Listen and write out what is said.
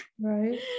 right